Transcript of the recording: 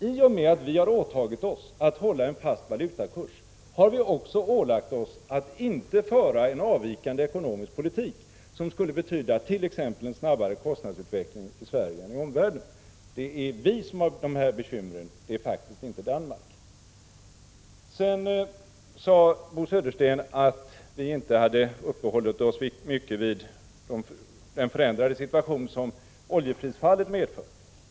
I och med att vi har åtagit oss att hålla en fast valutakurs har vi också ålagt oss att inte föra en avvikande ekonomisk politik, som skulle betyda t.ex. en snabbare kostnadsutveckling i Sverige än i omvärlden. Det är vi som har dessa bekymmer, inte Danmark. Bo Södersten sade att vi inte hade uppehållit oss mycket vid den förändrade situation som oljeprisfallet medför.